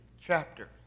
chapter